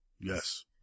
Yes